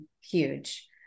huge